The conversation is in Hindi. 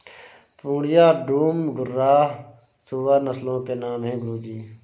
पूर्णिया, डूम, घुर्राह सूअर नस्लों के नाम है गुरु जी